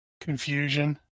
Confusion